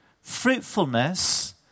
fruitfulness